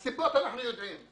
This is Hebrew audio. את הסיבות אנחנו יודעים.